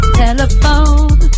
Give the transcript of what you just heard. telephone